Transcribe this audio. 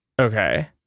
okay